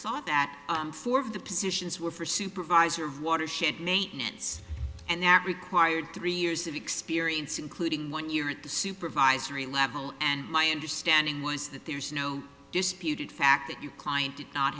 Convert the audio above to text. saw that four of the positions were for supervisor of watershed maintenance and that required three years of experience including one year at the supervisory level and my understanding was that there is no disputed fact that you client did